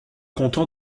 content